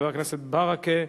חבר הכנסת ברכה,